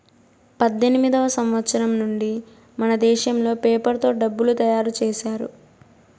పద్దెనిమిదివ సంవచ్చరం నుండి మనదేశంలో పేపర్ తో డబ్బులు తయారు చేశారు